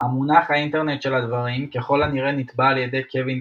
המונח "האינטרנט של הדברים" ככל הנראה נטבע על ידי קווין